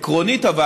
אבל עקרונית,